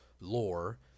lore